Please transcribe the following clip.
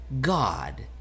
God